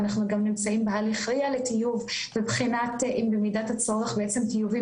אנחנו גם נמצאים בהליכים לטיוב ולבחינת אם במידת הצורך בעצם טיובים